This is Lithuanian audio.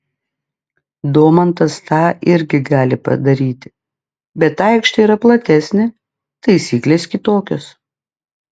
domantas tą irgi gali padaryti bet aikštė yra platesnė taisyklės kitokios